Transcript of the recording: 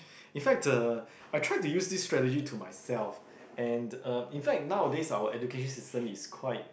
in fact uh I tried to use this strategy to myself and um in fact nowadays our education system is quite